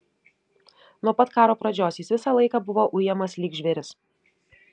nuo pat karo pradžios jis visą laiką buvo ujamas lyg žvėris